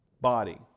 body